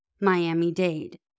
Miami-Dade